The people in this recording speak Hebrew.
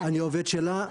שלה,